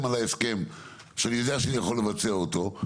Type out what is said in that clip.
על ההסכם שאני יודע שאני יכול לבצע אותו,